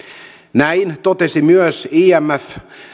näin totesi myös imf